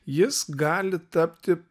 jis gali tapti